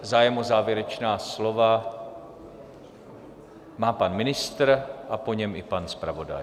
Zájem o závěrečná slova má pan ministr a po něm i pan zpravodaj.